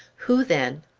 who then?